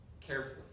carefully